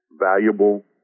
valuable